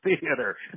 theater